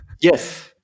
Yes